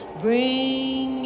Bring